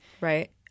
Right